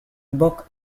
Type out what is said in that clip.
book